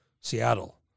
Seattle